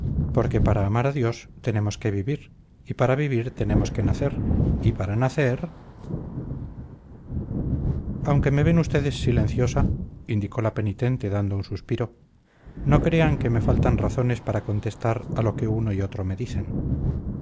porque para amar a dios tenemos que vivir y para vivir tenemos que nacer y para nacer aunque me ven ustedes silenciosa indicó la penitente dando un suspiro no crean que me faltan razones para contestar a lo que uno y otro me dicen